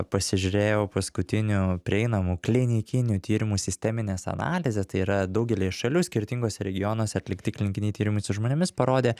pasižiūrėjau paskutinių prieinamų klinikinių tyrimų sisteminės analizę tai yra daugelyje šalių skirtinguose regionuose atlikti klinikiniai tyrimai su žmonėmis parodė